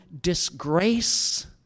disgrace